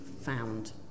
found